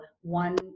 one